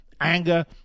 anger